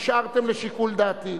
השארתם לשיקול דעתי,